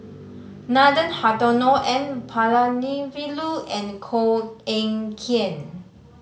Nathan Hartono N Palanivelu and Koh Eng Kian